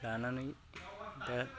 लानानै दा